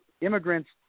immigrants